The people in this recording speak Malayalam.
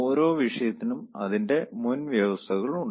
ഓരോ വിഷയത്തിനും അതിന്റെ മുൻവ്യവസ്ഥകൾ ഉണ്ട്